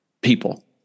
people